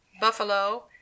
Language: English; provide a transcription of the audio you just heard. buffalo